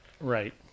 Right